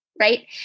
right